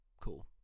cool